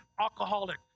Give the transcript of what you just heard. alcoholic